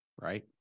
right